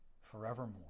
forevermore